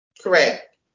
Correct